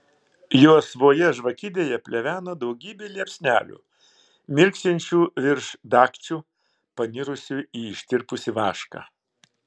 juosvoje žvakidėje pleveno daugybė liepsnelių mirksinčių virš dagčių panirusių į ištirpusį vašką